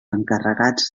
encarregats